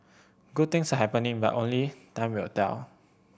good things are happening but only time will tell